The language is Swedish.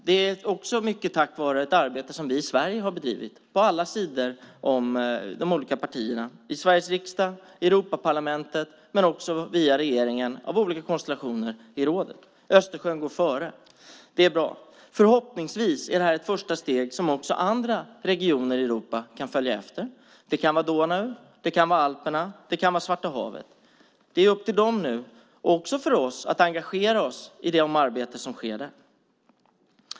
Det är mycket tack vare ett arbete som vi i Sverige har bedrivit på alla sidor om de olika partierna, i Sveriges riksdag, i Europaparlamentet och även via regeringen genom olika konstellationer i rådet. Östersjön går före. Det är bra. Förhoppningsvis är detta ett första steg som också andra regioner i Europa kan följa efter. Det kan vara Donau, Alperna eller Svarta havet. Det är upp till dem nu, och det är också upp till oss att engagera oss i det arbete som sker där.